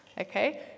Okay